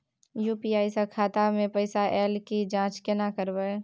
UPI स खाता मे पैसा ऐल के जाँच केने करबै?